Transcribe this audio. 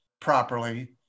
properly